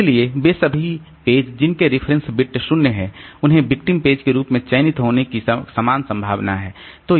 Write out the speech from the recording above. इसलिए वे सभी पेज जिनके रेफरेंस बिट 0 हैं उन्हें विक्टिम पेज के रूप में चयनित होने की समान संभावना है